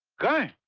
guy!